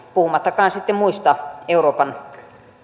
puhumattakaan sitten muista euroopan